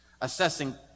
assessing